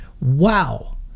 Wow